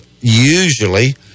usually